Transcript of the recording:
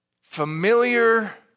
familiar